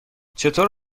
چطور